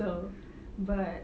so but